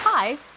Hi